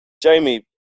Jamie